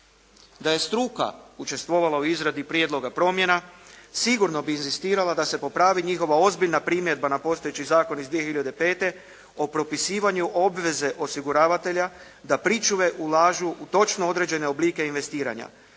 Da je struka učestvovala u izradi prijedloga promjena, sigurno bi inzistirala da se popravi njihova ozbiljna primjedba na postojeći zakon iz 2005. o propisivanju obveze osiguravatelja da pričuve ulažu u točno određene oblike investiranja,